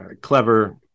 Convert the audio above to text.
clever